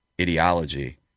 ideology